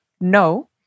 no